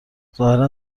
ظاهرا